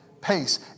pace